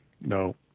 no –